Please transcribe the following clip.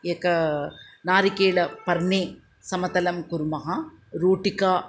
एका नारिकेलपर्णी समतलं कुर्मः रोटिका